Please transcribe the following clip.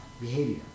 behavior